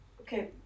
Okay